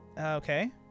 okay